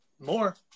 More